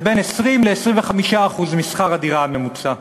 שזה בין 20% ל-25% משכר הדירה הממוצע,